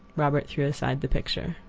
robert threw aside the picture.